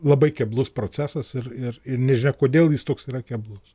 labai keblus procesas ir ir ir nežinia kodėl jis toks yra keblus